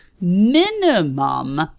minimum